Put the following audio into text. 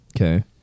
Okay